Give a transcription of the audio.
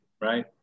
right